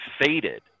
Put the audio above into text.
faded